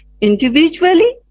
individually